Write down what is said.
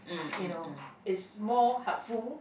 you know it's more helpful